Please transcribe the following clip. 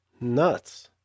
nuts